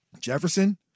Jefferson